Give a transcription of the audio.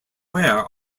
where